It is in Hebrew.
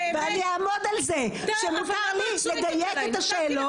ואני אעמוד על זה ------- שמותר לי לדייק את השאלות